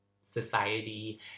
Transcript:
society